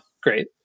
great